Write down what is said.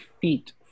feet